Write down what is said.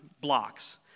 blocks